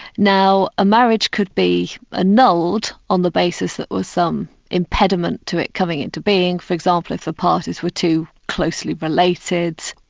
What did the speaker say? now, a marriage could be and annulled on the basis there was some impediment to it coming into being for example, if the parties were too closely related,